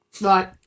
Right